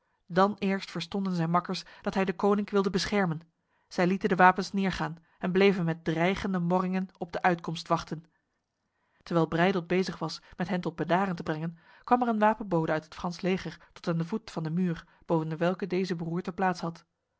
dan eerst verstonden zijn makkers dat hij deconinck wilde beschermen zij lieten de wapens neergaan en bleven met dreigende morringen op de uitkomst wachten terwijl breydel bezig was met hen tot bedaren te brengen kwam er een wapenbode uit het frans leger tot aan de voet van de muur boven dewelke deze beroerte plaatshad de